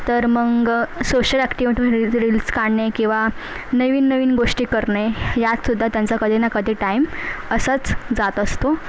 तर मग social activate म्हणा रील्स काढणे किंवा नवीन नवीन गोष्टी करणे यातसुद्धा त्यांचा कधी ना कधी टाईम असाच जात असतो